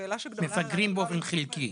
מפגרים באופן חלקי.